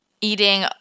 eating